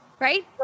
right